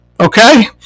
Okay